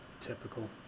Typical